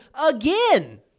again